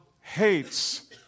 hates